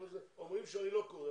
אומרים שאני לא קורא,